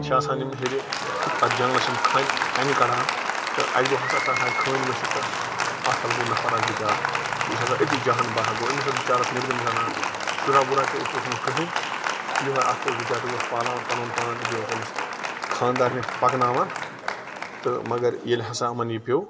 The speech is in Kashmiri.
چھِ آسان یِم ہیٚرِ اَتھ جنٛگلَس یِم کھانہِ کَنہِ کَڑان تہٕ اَکہِ دۄہ ہَسا پٮ۪ٹھہٕ آے کھٲنۍ ؤسِتھ تہٕ اَتھ تَل گوٚو نَفر اَکھ بِچار یُس ہسا أتی جان بحق گوٚو أمِس ٲس بِچارَس نیٚبرِم زنان شُراہ وُرا تہِ اوسُس نہٕ کٕہٲنۍ یہوے اَکھ اوس بِچارٕ یہِ اوس پالان پَنُن پان تہٕ بیٚیہِ اوس أمِس خانٛدارنہِ پَکناوان تہٕ مگر ییٚلہِ ہَسا یِمَن یہِ پیٛو